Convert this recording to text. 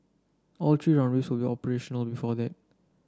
all three runways will be operational before that